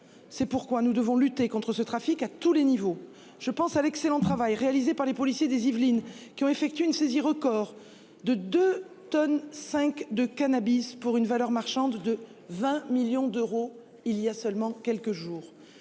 C'est pourquoi nous devons lutter contre ce trafic à tous les niveaux. Je pense à l'excellent travail réalisé par les policiers des Yvelines qui ont effectué une saisie record de 2 tonnes 5 de cannabis pour une valeur marchande de 20 millions d'euros. Il y a seulement quelques jours.